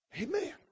amen